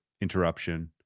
interruption